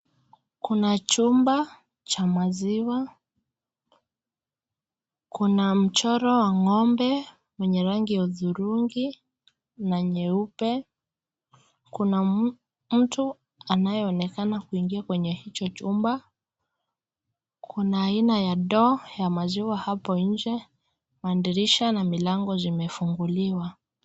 Kuna chumba cha maziwa. Kuna mchoro wa ng'ombe wenye rangi ya hudhurungi na nyeupe. Kuna mtu anayeonekana kuingia kwenye hicho chumba. Kuna aina ya ndoo ya maziwa hapo nje na dirisha na milango zimefunguliwa.